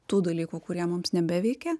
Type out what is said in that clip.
tų dalykų kurie mums nebeveikia